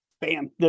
bam